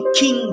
king